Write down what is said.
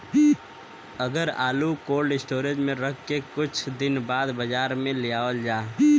अगर आलू cold storage में रख के कुछ दिन बाद बाजार में लियावल जा?